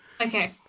Okay